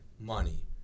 money